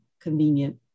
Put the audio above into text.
convenient